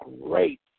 great